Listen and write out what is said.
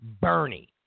Bernie